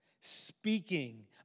speaking